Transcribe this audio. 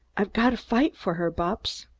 i've got to fight for her, bupps.